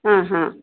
हां हां